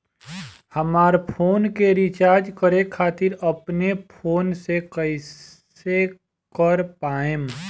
हमार फोन के रीचार्ज करे खातिर अपने फोन से कैसे कर पाएम?